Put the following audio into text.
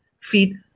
feed